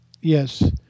Yes